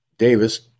Davis